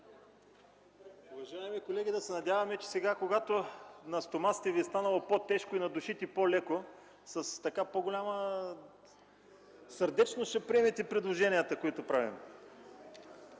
Уважаеми колеги, да се надяваме, че сега, когато на стомасите Ви е станало по-тежко и на душите по-леко, с по-голяма сърдечност ще приемете предложенията, които правим.